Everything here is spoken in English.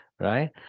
right